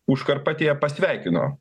užkarpatėje pasveikino